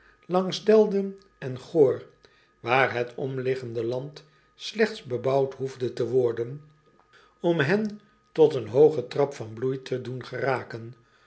langs elden en oor waar het omliggende land slechts bebouwd behoefde te worden om hen tot een hoogen trap van bloei te doen geraken